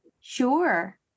Sure